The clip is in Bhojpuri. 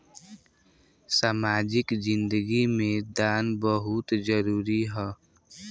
सामाजिक जिंदगी में दान बहुत जरूरी ह